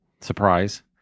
Surprise